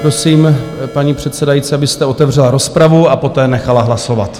Prosím, paní předsedající, abyste otevřela rozpravu a poté nechala hlasovat.